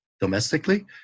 domestically